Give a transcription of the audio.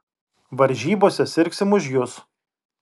varžybose sirgsim už jus